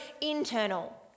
internal